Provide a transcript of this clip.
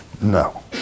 No